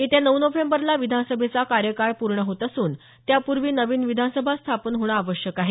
येत्या नऊ नोव्हेंबरला विधानसभेचा कार्यकाळ पूर्ण होत असून त्यापूर्वी नवीन विधानसभा स्थापन होणं आवश्यक आहे